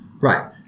Right